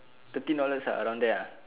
thirteen dollars ah around there ah